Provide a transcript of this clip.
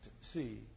see